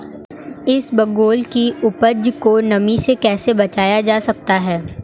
इसबगोल की उपज को नमी से कैसे बचाया जा सकता है?